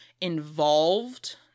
involved